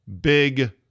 big